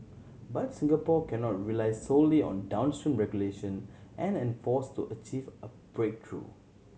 but Singapore cannot rely solely on downstream regulation and enforce to achieve a breakthrough